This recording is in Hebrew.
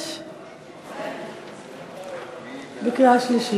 6). בקריאה שלישית.